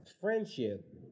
friendship